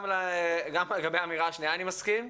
גם לגבי האמירה השנייה אני מסכים,